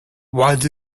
what